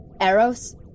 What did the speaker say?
Eros